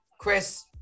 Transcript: Chris